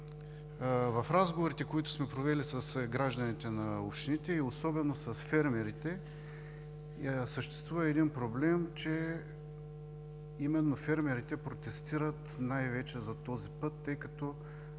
В разговорите, които сме провели с гражданите на общините и особено с фермерите, съществува един проблем, че именно фермерите протестират най-вече за този път, тъй като